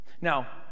Now